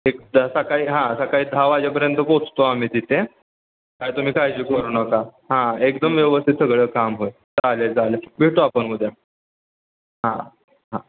एक दहा सकाळी हां सकाळी दहा वाजेपर्यंत पोचतो आम्ही तिथे काय तुम्ही काळजी करू नका हां एकदम व्यवस्थित सगळं काम होईल चालेल चालेल भेटू आपण उद्या हां हां